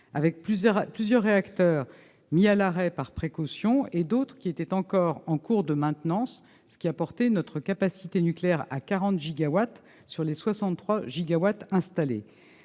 : plusieurs réacteurs ont été mis à l'arrêt par précaution et d'autres étaient encore en cours de maintenance, ce qui a porté notre capacité nucléaire à 40 gigawatts sur les 63 gigawatts installés.